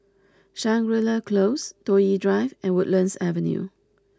Shangri La Close Toh Yi Drive and Woodlands Avenue